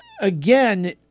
again